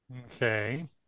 Okay